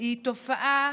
היא תופעה